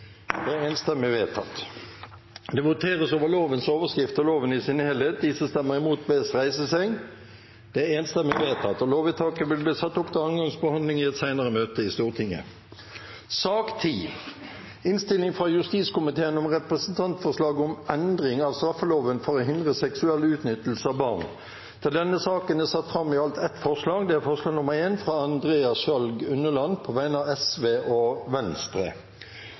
Det voteres over lovens overskrift og loven i sin helhet. Rødt har varslet at de vil stemme imot. Lovvedtaket vil bli ført opp til andre gangs behandling i et senere møte i Stortinget. Under debatten er det satt fram i alt to forslag. Det er forslag nr. 1, fra Grete Wold på vegne av Sosialistisk Venstreparti, Rødt og Venstre